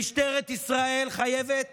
משטרת ישראל חייבת